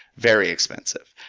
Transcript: very expensive.